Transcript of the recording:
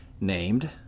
named